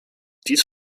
dies